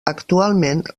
actualment